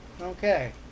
okay